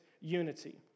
unity